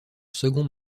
second